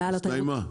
הסתיימה,